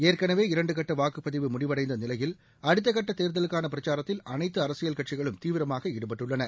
ஏற்கனவே இரண்டு கட்ட வாக்குப்பதிவு முடிவடைந்த நிலையில் அடுத்த கட்ட தேர்தலுக்கான பிரச்சாரத்தில் அனைத்து அரசியல் கட்சிகளும் தீவிரமாக ஈடுபட்டுள்ளன